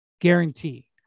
guarantee